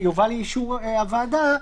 שיובא לאישור הוועדה,